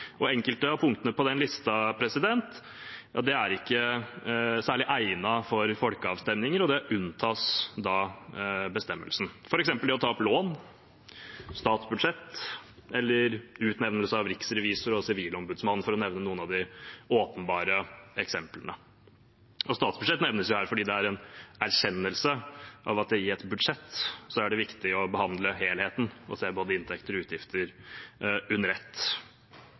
Enkelte av punktene på den listen er ikke særlig egnet for folkeavstemninger, og det unntas da bestemmelsen, f.eks. det å ta opp lån, statsbudsjett eller utnevnelse av riksrevisor og sivilombudsmann, for å nevne noen av de åpenbare eksemplene. Statsbudsjett nevnes fordi det er en erkjennelse av at det i et budsjett er viktig å behandle helheten og se både inntekter og utgifter under ett.